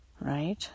right